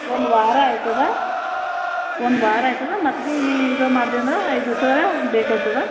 ಒಂದು ವಾರ ಆಯ್ತದಾ ಒಂದು ವಾರ ಆಯ್ತದಾ ಮತ್ತೆ ಬಿ ನೀ ಇದು ಮಾಡ್ದೆ ಅಂದ್ರೆ ಐದು ದಿವಸ ಬೇಕಾಗ್ತದೆ